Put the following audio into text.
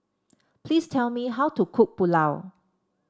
please tell me how to cook Pulao